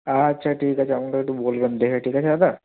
আচ্ছা ঠিক আছে আমাকে একটু বলবেন দেখে ঠিক আছে দাদা